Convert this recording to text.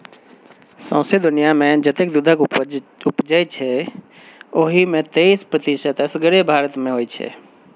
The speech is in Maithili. सौंसे दुनियाँमे जतेक दुधक उपजै छै ओहि मे तैइस प्रतिशत असगरे भारत मे होइ छै